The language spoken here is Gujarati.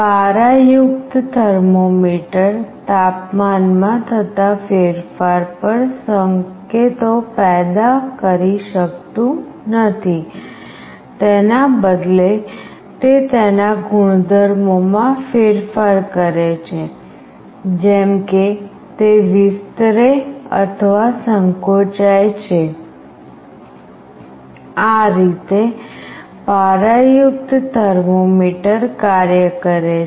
પારાયુક્ત થર્મોમીટર તાપમાનમાં થતા ફેરફાર પર સંકેતો પેદા કરતું નથી તેના બદલે તે તેના ગુણધર્મોમાં ફેરફાર કરે છે જેમ કે તે વિસ્તરે અથવા સંકોચાય છે આ રીતે પારાયુક્ત થર્મોમીટર કાર્ય કરે છે